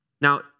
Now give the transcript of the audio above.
Now